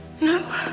No